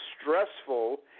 stressful